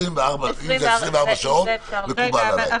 אם זה 24 שעות, מקובל עליי.